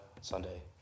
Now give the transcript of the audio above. Sunday